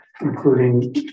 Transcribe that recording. including